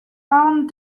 palme